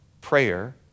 prayer